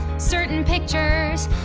certain pictures.